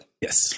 Yes